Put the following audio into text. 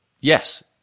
Yes